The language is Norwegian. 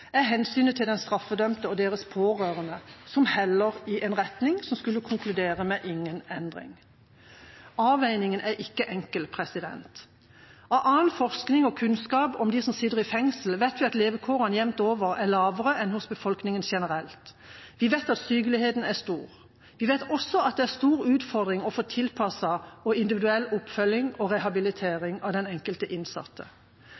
Hensynet til de straffedømte og deres pårørende heller også i en retning som skulle konkludere med ingen endring. Avveiningen er ikke enkel. Av annen forskning og kunnskap om dem som sitter i fengsel, vet vi at levekårene er jevnt over lavere enn hos befolkningen generelt, vi vet at sykeligheten er stor. Vi vet også at det er stor utfordring å få tilpasset og individuell oppfølging og